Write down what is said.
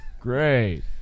Great